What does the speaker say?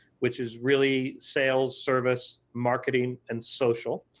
which is really sales, service, marketing, and social.